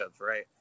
right